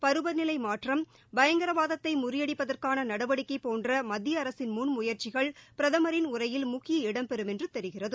பருவநிலை மாற்றம் பயங்கரவாதத்தை முறியடிப்பதற்கான நடவடிக்கை போன்ற மத்திய அரசின் முன்முயற்சிகள் பிரதமரின் உரையில் முக்கிய இடம்பெறும் என்று தெரிகிறது